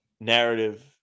narrative